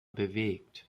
bewegt